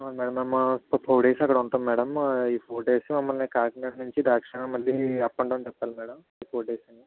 అవును మ్యాడం మేము four days అక్కడ ఉంటాం మ్యాడం ఈ ఫోర్ డేస్ మమ్మల్ని కాకినాడ నుంచి ద్రాక్షారాం మళ్ళీ అప్ అండ్ డౌన్ తిప్పాలి మ్యాడం ఈ ఫోర్ డేస్